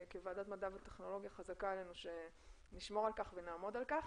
כוועדת מדע וטכנולוגיה חזקה עלינו שנשמור על כך ונעמוד על כך.